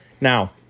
Now